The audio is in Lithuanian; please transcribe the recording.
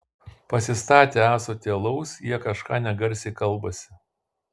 pasistatę ąsotį alaus jie kažką negarsiai kalbasi